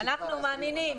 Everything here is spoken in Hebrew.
אנחנו מאמינים